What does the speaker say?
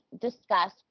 discuss